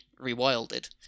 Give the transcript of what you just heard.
rewilded